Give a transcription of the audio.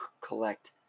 collect